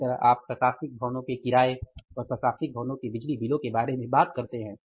इसी तरह आप प्रशासनिक भवनों के किराए और प्रशासनिक भवनों के बिजली बिलों के बारे में बात करते हैं